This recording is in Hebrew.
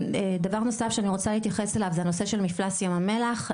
דבר נוסף שאני רוצה להתייחס אליו זה הנושא של מפלס ים המלח,